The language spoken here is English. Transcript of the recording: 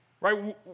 Right